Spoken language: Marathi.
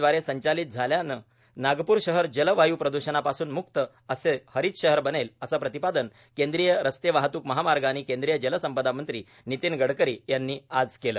दवारे संचालित झाल्यानं नागप्र शहर जल वायू प्रद्षणापासून म्क्त असे हरीत शहर बनेल असं प्रतिपादन केंद्रीय रस्ते वाहतूक महामार्ग आणि केंद्रीय जलसंपदा मंत्री नितीन गडकरी यांनी आज केले